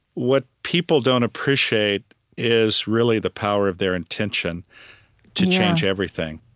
what people don't appreciate is really the power of their intention to change everything